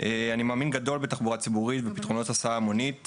אני מאמין גדול בתחבורה ציבורית ובפתרונות הסעה המונית,